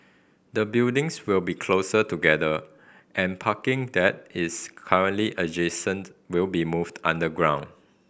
the buildings will be closer together and parking that is currently adjacent will be moved underground